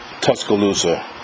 Tuscaloosa